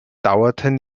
dauerten